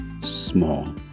small